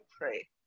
pray